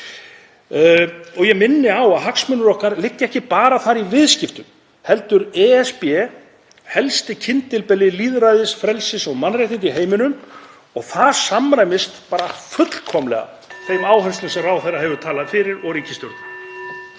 Ég minni á að hagsmunir okkar þar liggja ekki bara í viðskiptum heldur er ESB helsti kyndilberi lýðræðis, frelsis og mannréttinda í heiminum og það samræmist fullkomlega þeim áherslum sem ráðherra hefur talað fyrir og ríkisstjórnin.